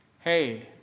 hey